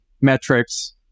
metrics